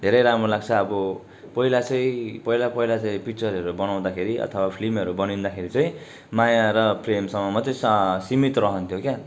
धेरै राम्रो लाग्छ अब पहिला चाहिँ पहिला पहिला चाहिँ पिक्चरहरू बनाउँदाखेरि अथवा फिल्महरू बनिँदाखेरि चाहिँ माया र प्रेमसँग मात्रै सा सीमित रहन्थ्यो क्या